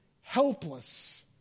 helpless